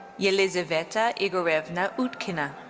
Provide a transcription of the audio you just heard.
yelizaveta igorevna utkina.